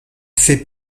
fait